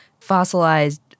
fossilized